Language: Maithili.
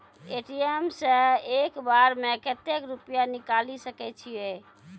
ए.टी.एम सऽ एक बार म कत्तेक रुपिया निकालि सकै छियै?